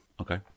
Okay